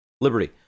liberty